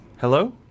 Hello